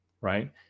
Right